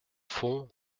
font